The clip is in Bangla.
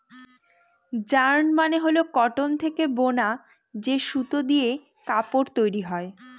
যার্ন মানে হল কটন থেকে বুনা যে সুতো দিয়ে কাপড় তৈরী হয়